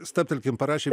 stabtelkim parašė